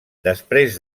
després